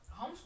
homeschool